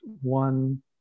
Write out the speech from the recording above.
one